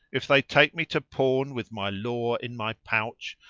if they take me to pawn with my lore in my pouch,